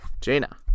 Jaina